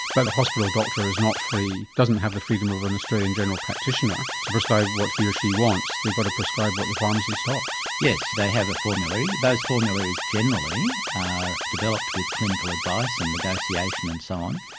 but a hospital doctor is not free, doesn't have the freedom of an australian general practitioner to prescribe what he or she wants, they've got to prescribe what the pharmacy stocks. yes, they have a formulary. those formularies generally are developed with clinical advice and negotiation and so on,